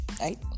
right